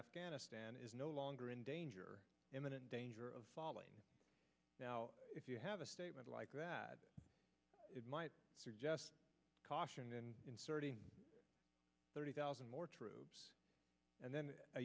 afghanistan is no longer in danger imminent danger of falling now if you have a statement like that it might suggest caution in inserting thirty thousand more troops and then a